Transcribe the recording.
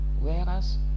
whereas